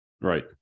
right